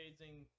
amazing